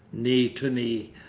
knee to knee,